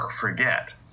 forget